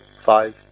five